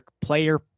player